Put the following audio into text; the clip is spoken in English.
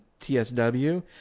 TSW